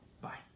Bye